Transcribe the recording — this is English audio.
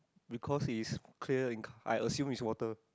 because is clear I assume is water